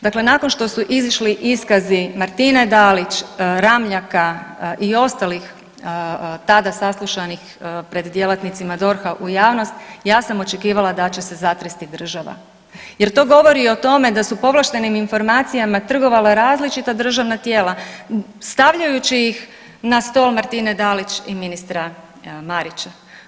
Dakle, nakon što su izišli iskazi Martine Dalić, Ramljaka i ostalih tada saslušanih pred djelatnicima DORH-a u javnost, ja sam očekivala da će se zatresti država jer to govori o tome da su povlaštenim informacijama trgovala različita državna tijela stavljajući ih na sto Martine Dalić i ministra Marića.